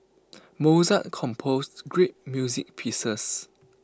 Mozart composed great music pieces